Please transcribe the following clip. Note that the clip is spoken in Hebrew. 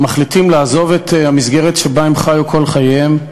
מחליטים לעזוב את המסגרת שבה הם חיו כל חייהם,